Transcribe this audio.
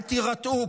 אל תירתעו,